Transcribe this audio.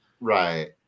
Right